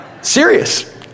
Serious